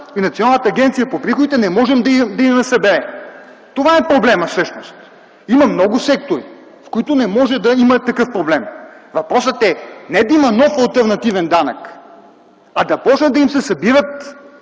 и Националната агенция по приходите не може да ги събере. Това е проблемът всъщност. Има много сектори, в които не може да има такъв проблем. Въпросът е не да има нов алтернативен данък, а да започне да им се събира